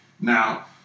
Now